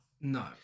No